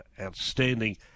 outstanding